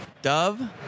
Dove